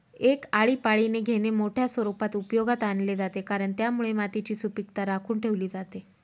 एक आळीपाळीने घेणे मोठ्या स्वरूपात उपयोगात आणले जाते, कारण त्यामुळे मातीची सुपीकता राखून ठेवली जाते